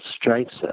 strikes